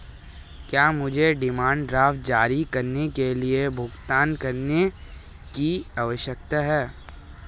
क्या मुझे demand draft जारी करने के लिए भुगतान करने की आवश्यकता है?